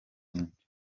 myinshi